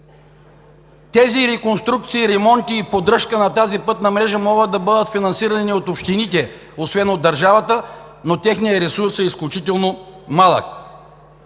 тези реконструкции, ремонти и поддръжка на пътната мрежа, могат да бъдат финансирани от общините, освен от държавата, но техният ресурс е изключително малък.